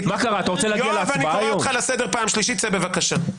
מה קרה, אתה רוצה להגיע להצבעה היום?